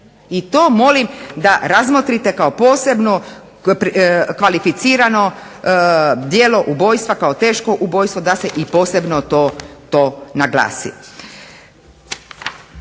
I to molim da razmotrite kao posebno kvalificirano djelo ubojstva kao teško ubojstvo da se i posebno to naglasi.